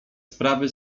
sprawy